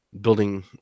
building